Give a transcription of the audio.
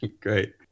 great